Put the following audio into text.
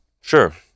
sure